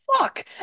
fuck